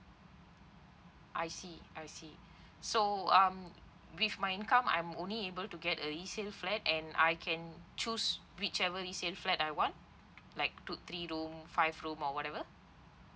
I see I see so um with my income I'm only able to get a resale flat and I can choose whichever resale flat I want like two three room five room or whatever